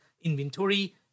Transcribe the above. inventory